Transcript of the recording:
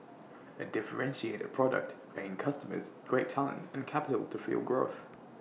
A differentiated product paying customers great talent and capital to fuel growth